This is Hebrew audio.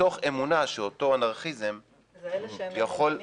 מתוך אמונה שאותו אנרכיזם --- זה אלה שהם ממומנים?